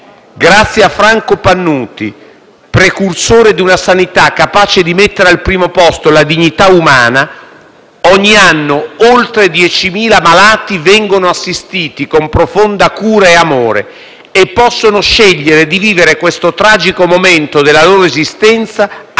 Grazie a Franco Pannuti, precursore di una sanità capace di mettere al primo posto la dignità umana, ogni anno oltre diecimila malati vengono assistiti con profonda cura e amore e possono scegliere di vivere questo tragico momento della loro esistenza a casa